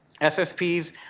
SSPs